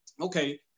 okay